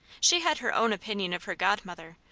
she had her own opinion of her godmother,